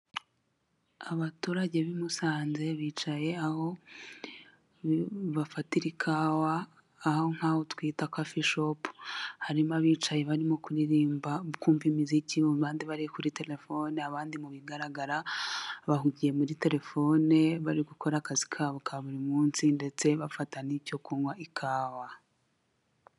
Abaturage b'i Musanze bicaye aho bafatira ikawa, aho nk'aho twita kofi shopu. Harimo abicaye barimo kuririmba kumva imiziki abandi bari kuri telefone, abandi mu bigaragara bahugiye muri telefone bari gukora akazi kabo ka buri munsi, ndetse bafata n'icyo kunywa ikawa.